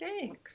Thanks